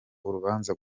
urubanza